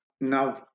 Now